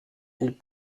ils